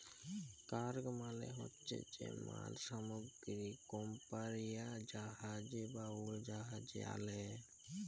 cargo মালে হছে যে মাল সামগ্রী কমপালিরা জাহাজে বা উড়োজাহাজে আলে